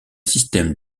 système